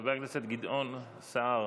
חבר הכנסת גדעון סער,